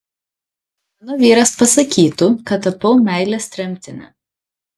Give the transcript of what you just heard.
mano vyras pasakytų kad tapau meilės tremtine